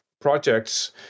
projects